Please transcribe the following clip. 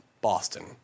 Boston